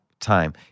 time